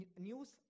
news